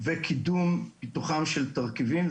וקידום פיתוחם של תרכיבים.